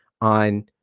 on